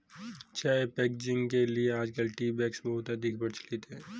चाय पैकेजिंग के लिए आजकल टी बैग्स बहुत अधिक प्रचलित है